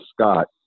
Scott